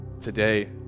today